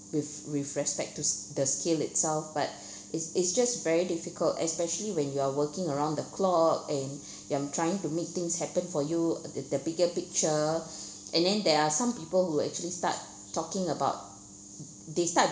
with with respect to s~ the scale itself but it's it's just very difficult especially when you are working around the clock and I'm trying to make things happen for you the the bigger picture and then there are some people who actually start talking about they start